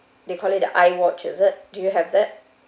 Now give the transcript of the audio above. they call it the I watch is it do you have that